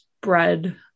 spread